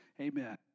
Amen